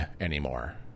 anymore